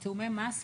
תיאומי מס,